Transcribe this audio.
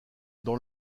dans